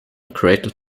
created